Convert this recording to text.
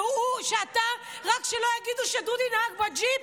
רק שלא יגידו שדודי נהג בג'יפ,